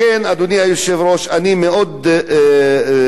לכן, אדוני היושב-ראש, אני מאוד חרד